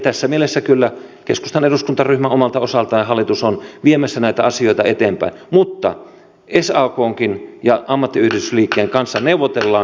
tässä mielessä kyllä keskustan eduskuntaryhmä omalta osaltaan ja hallitus on viemässä näitä asioita eteenpäin mutta saknkin ja ammattiyhdistysliikkeen kanssa neuvotellaan